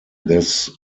this